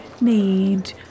need